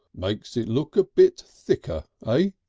makes it look a bit thicker, ah?